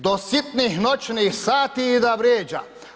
Do sitnih noćnih sati i da vrijeđa.